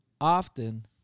often